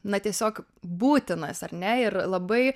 na tiesiog būtinas ar ne ir labai